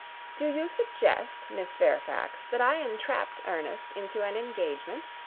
do you suggest, miss fairfax, that i entrapped ernest into an engagement?